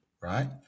right